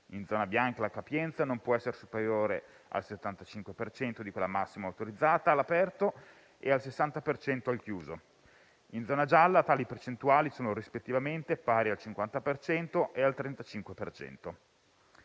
in zona bianca la capienza non può essere superiore al 75 per cento di quella massima autorizzata all'aperto e al 60 per cento al chiuso; in zona gialla tali percentuali sono rispettivamente pari al 50 per